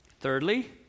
Thirdly